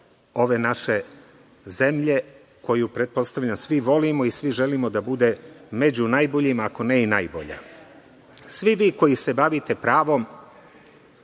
ove naše zemlje koju, pretpostavljam, svi volimo i svi želimo da bude među najboljima, ako ne i najbolja. Svi vi koji se bavite pravom